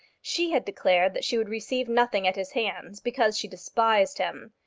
she had declared that she would receive nothing at his hands, because she despised him.